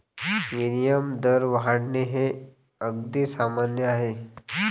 विनिमय दर वाढणे हे अगदी सामान्य आहे